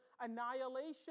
annihilation